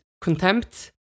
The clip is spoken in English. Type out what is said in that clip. contempt